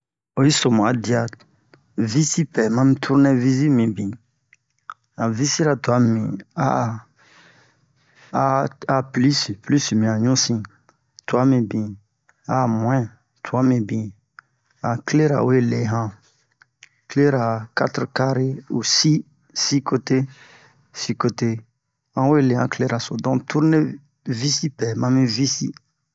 Oyi so mu a dia visi pɛ mami turnevisi mibin han visira twa mibin a'a a plis plisi mi han ɲusin twa mibin a'a mu'in twa mibin a han klera we le han klera katre-kare u si si-kote si -kote han we le han klera so don turnevisi pɛ mami visi